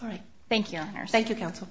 right thank you thank you counsel